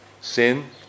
Sin